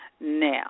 Now